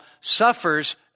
suffers